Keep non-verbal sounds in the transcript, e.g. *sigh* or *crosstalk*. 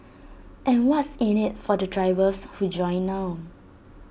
*noise* and what's in IT for the drivers who join now